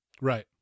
right